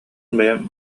бэйэм